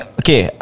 okay